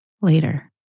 later